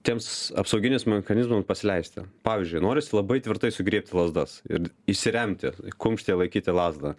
tiems apsauginis mechanizmam pasileisti pavyzdžiui norisi labai tvirtai sugriebti lazdas ir įsiremti kumštyje laikyti lazdą